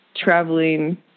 traveling